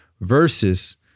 versus